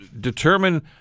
determine